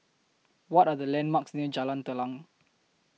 What Are The landmarks near Jalan Telang